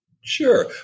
Sure